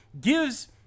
gives